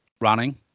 running